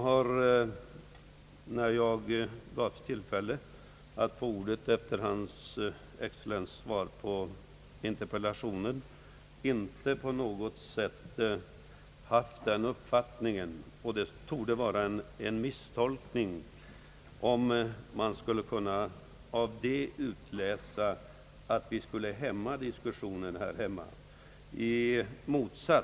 Herr talman! Det torde vara en misstolkning från utrikesministerns sida om han av mitt inlägg med anledning av svaret på min interpellation anser sig kunna utläsa att diskussionen skulle hämnas på grund av de omständigheter som jag angav.